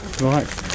Right